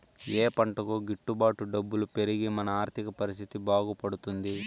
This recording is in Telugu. ఏ పంటకు గిట్టు బాటు డబ్బులు పెరిగి మన ఆర్థిక పరిస్థితి బాగుపడుతుంది?